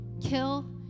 kill